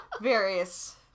various